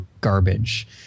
garbage